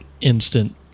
instant